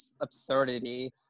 absurdity